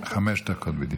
חמש דקות.